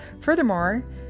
Furthermore